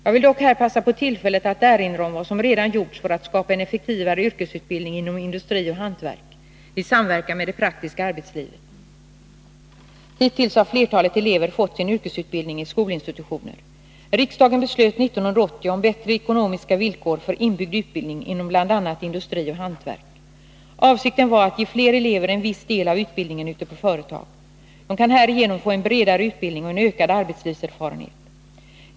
Jag vill dock här passa på tillfället att erinra om vad som redan gjorts för att skapa en effektivare yrkesutbildning inom industri och hantverk i samverkan med det praktiska arbetslivet. Hittills har flertalet elever fått sin yrkesutbildning i skolinstitutioner. Riksdagen beslöt 1980 om bättre ekonomiska villkor för inbyggd utbildning inom bl.a. industri och hantverk. Avsikten var att ge fler elever en viss del av utbildningen ute på företag. De kan härigenom få en bredare utbildning och en ökad arbetslivserfarenhet.